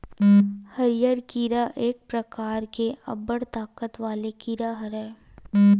हरियर कीरा एक परकार के अब्बड़ ताकत वाले कीरा हरय